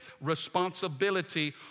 responsibility